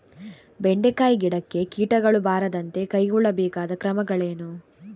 ಬೆಂಡೆಕಾಯಿ ಗಿಡಕ್ಕೆ ಕೀಟಗಳು ಬಾರದಂತೆ ಕೈಗೊಳ್ಳಬೇಕಾದ ಕ್ರಮಗಳೇನು?